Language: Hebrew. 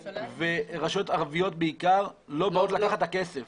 ורשויות ערביות בעיקר לא באות לקחת את הכסף.